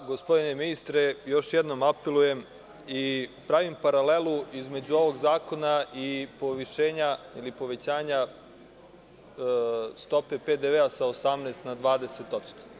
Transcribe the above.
Gospodine ministre, još jednom apelujem i pravim paralelu između ovog zakona i povećanja stope PDV sa 18% na 20%